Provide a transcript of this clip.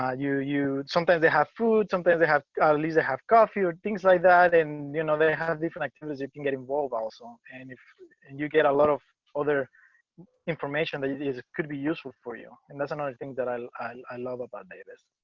ah you you sometimes they have food, sometimes they have lisa have coffee or things like that. and, you know, they have different activities you can get involved, our song. and if and you get a lot of other francisco calderon information that is is could be useful for you. and that's another thing that i i love about davis.